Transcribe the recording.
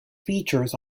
features